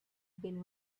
been